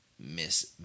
Miss